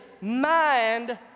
mind